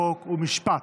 חוק ומשפט.